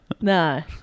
No